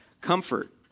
Comfort